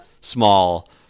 small